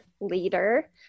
leader